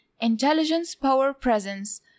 intelligence-power-presence